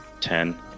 Ten